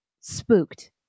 spooked